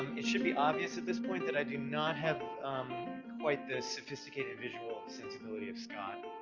it should be obvious at this point that i do not have quite the sophisticated visual sensibility of scott.